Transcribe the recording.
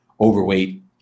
overweight